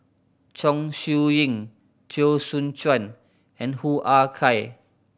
Chong Siew Ying Teo Soon Chuan and Hoo Ah Kay